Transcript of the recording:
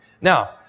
Now